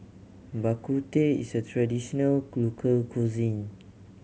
Bak Kut Teh is a traditional local cuisine